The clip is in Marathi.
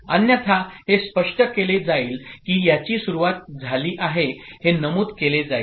अन्यथा हे स्पष्ट केले जाईल की हयाची सुरुवात झाली आहे हे नमूद केले जाईल